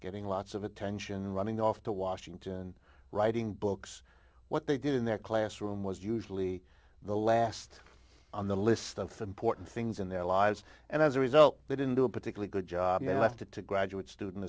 getting lots of attention and running off to washington and writing books what they did in their classroom was usually the last on the list of important things in their lives and as a result they didn't do a particularly good job you have to to graduate student